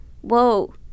Whoa